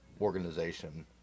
organization